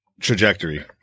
trajectory